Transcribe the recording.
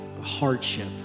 hardship